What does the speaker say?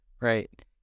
Right